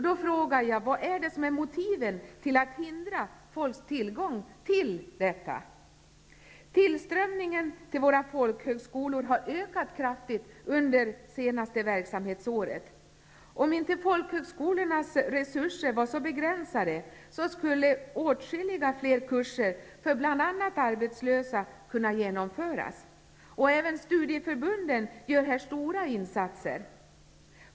Då frågar jag: Vad är motiven till att hindra folks tillgång till detta? Tillströmningen till våra folkhögskolor har ökat kraftigt under det senaste verksamhetsåret. Om inte folkhögskolornas resurser var så begränsade, skulle åtskilligt fler kurser för bl.a. arbetslösa kunna genomföras. Även studieförbunden gör här stora insatser.